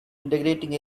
integrating